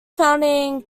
founding